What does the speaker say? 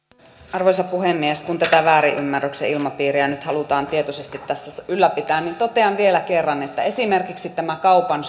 arvoisa puhemies kun tätä väärin ymmärryksen ilmapiiriä nyt halutaan tietoisesti tässä ylläpitää niin totean vielä kerran että esimerkiksi tästä kaupan